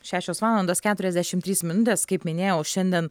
šešios valandos keturiasdešimt trys minutės kaip minėjau šiandien